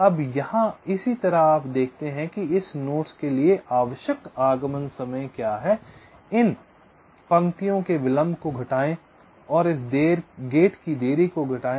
अब यहाँ इसी तरह आप देखते हैं कि इन नोड्स के लिए आवश्यक आगमन समय क्या है इन पंक्तियों के विलंब को घटाएं और इस गेट की देरी को घटाएं